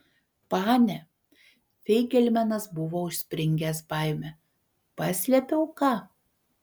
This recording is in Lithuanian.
pane feigelmanas buvo užspringęs baime paslėpiau ką